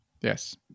Yes